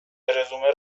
رزومه